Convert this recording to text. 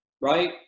right